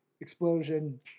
explosion